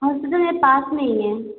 hospital यहाँ पास में ही है